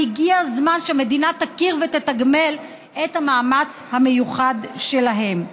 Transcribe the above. והגיע הזמן שמדינה תכיר בהם ותתגמל אותם על המאמץ המיוחד שלהם.